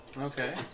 Okay